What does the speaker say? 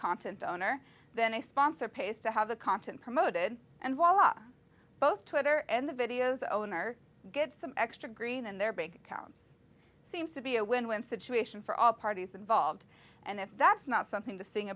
content owner then a sponsor pays to have the content promoted and voila both twitter and the videos owner gets some extra green in their bank accounts seems to be a win win situation for all parties involved and if that's not something to sing